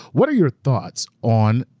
what are your thoughts on